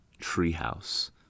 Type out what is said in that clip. treehouse